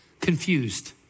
confused